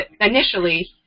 initially